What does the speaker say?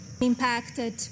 impacted